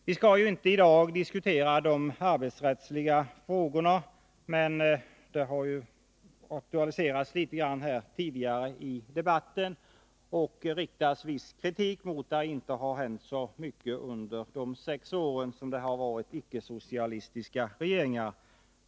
Vi skall i dag inte diskutera de arbetsrättsliga frågorna. Men de har ändå aktualiserats tidigare i debatten, och det riktades viss kritik mot att det inte har hänt så mycket under de sex år som det varit icke-socialistiska regeringar.